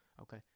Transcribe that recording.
okay